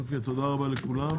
אוקיי, תודה רבה לכולם.